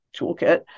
toolkit